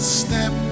step